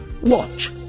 Watch